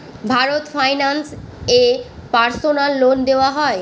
Bharat finance এ personal loan দেওয়া হয়?